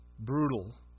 Brutal